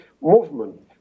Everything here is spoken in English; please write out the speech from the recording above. movement